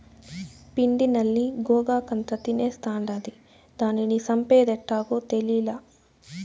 పిండి నల్లి గోగాకంతా తినేస్తాండాది, దానిని సంపేదెట్టాగో తేలీలా